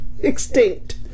extinct